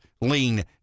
lean